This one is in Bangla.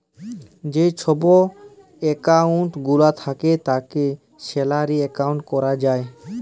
যে ছব একাউল্ট গুলা থ্যাকে তাকে স্যালারি একাউল্ট ক্যরা যায়